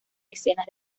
escenas